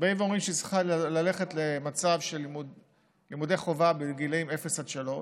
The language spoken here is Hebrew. אומרים שהיא צריכה ללכת למצב של לימודי חובה מגיל אפס עד גיל שלוש,